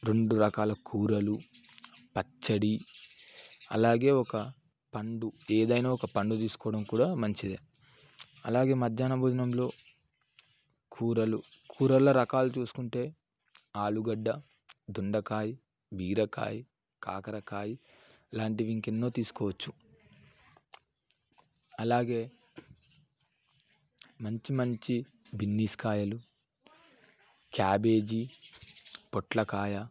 రెండు రకాల కూరలు పచ్చడి అలాగే ఒక పండు ఏదైనా ఒక పండు తీసుకోవడం కూడా మంచిది అలాగే మధ్యాహ్నం భోజనంలో కూరలు కూరల రకాలు చూసుకుంటే ఆలుగడ్డ దొండకాయ బీరకాయ కాకరకాయ ఇలాంటివి ఇంకా ఎన్నో తీసుకోవచ్చు అలాగే మంచి మంచి బీన్స్ కాయలు క్యాబేజీ పొట్లకాయ